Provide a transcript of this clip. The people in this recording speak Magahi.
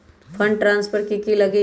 फंड ट्रांसफर कि की लगी?